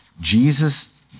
Jesus